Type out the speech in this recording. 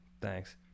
Thanks